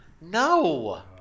no